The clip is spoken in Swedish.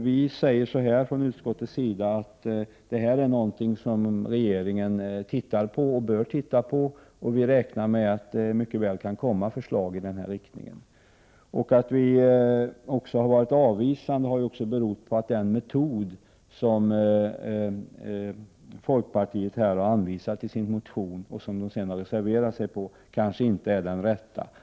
Vi säger så här från utskottets sida att det är någonting som regeringen tittar på och bör titta på, och vi räknar med att det mycket väl kan komma förslag i den riktning som Isa Halvarsson önskar. Att vi har varit avvisande har också berott på att den metod som folkpartiet har anvisat i sin motion och sedan reserverat sig till förmån för kanske inte är den rätta.